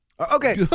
Okay